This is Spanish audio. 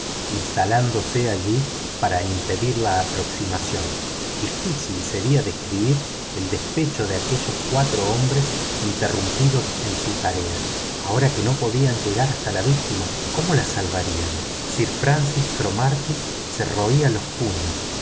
instalándose allí para impedir la aproximación difícil sería escribir el despecho de aquellos cuatro hombres interrumpidos en su tarea ahora que no podían llegar hasta la víctima cómo la salvarían sir francis cromarty se roía los puños